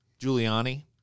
Giuliani